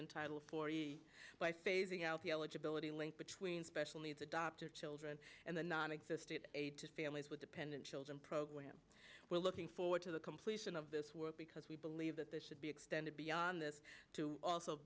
in title for phasing out the eligibility link between special needs adoptive children and the nonexistent aid to families with dependent children program we're looking forward to the completion of this work because we believe that there should be extended beyond that to also